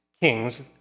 kings